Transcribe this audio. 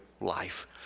life